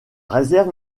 réserve